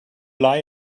lie